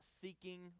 seeking